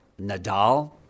Nadal